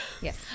Yes